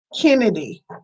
kennedy